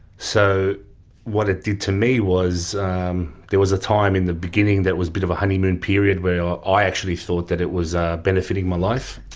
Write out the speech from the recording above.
so what it did to me was um there was a time in the beginning that was a bit of a honeymoon period where i actually thought that it was ah benefiting my life.